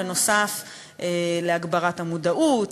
נוסף על הגברת המודעות,